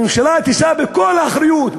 הממשלה תישא בכל האחריות,